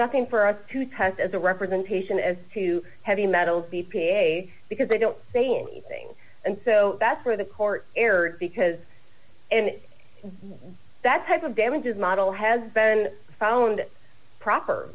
nothing for us to test as a representation as to heavy metals b p a because they don't say anything and so that's where the court erred because in that type of damages model has been found proper